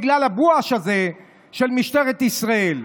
בגלל הבואש הזה של משטרת ישראל.